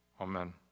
Amen